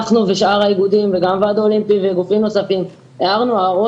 אנחנו ושאר האיגודים וגם הוועד האולימפי וגופים נוספים הערנו הערות